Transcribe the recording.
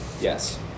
Yes